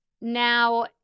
now